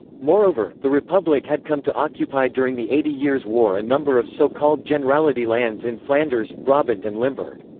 moreover, the republic had come to occupy during the eighty years' war a number of so-called generality lands in flanders, brabant and limburg.